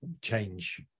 change